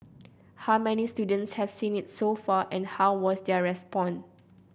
how many students have seen it so far and how was their response